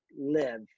live